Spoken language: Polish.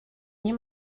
nie